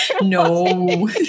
No